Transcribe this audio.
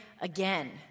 again